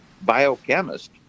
biochemist